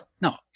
No